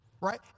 right